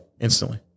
instantly